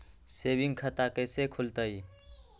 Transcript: Saving खाता कैसे खुलतई?